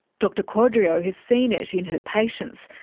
dr quadrio has seen it in her patients.